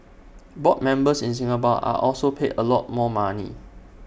board members in Singapore are also paid A lot more money